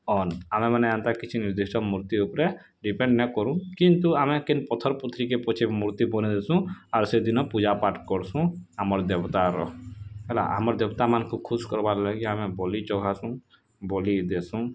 ଅଁନ୍ ଆମେମାନେ ଏନ୍ତା କିଛି ନିର୍ଦ୍ଦିଷ୍ଟ ମୂର୍ତ୍ତି ଉପରେ ଡ଼ିପେଣ୍ଡ୍ ନେଇଁ କରୁଁ କିନ୍ତୁ ଆମେ କେନ୍ ପଥର୍ ପୁଥରିକେ ପଛେ ମୂର୍ତ୍ତି ବନେଇଦେସୁଁ ଆଉ ସେଦିନ ପୂଜାପାଠ୍ କରସୁଁ ଆମର୍ ଦେବତାର ହେଲା ଆମର୍ ଦେବ୍ତାମାନ୍କୁଁ ଖୁସ୍ କର୍ବାର୍ ଲାଗି ଆମେ ବଲି ଚଘାସୁଁ ବଲି ଦେସୁଁ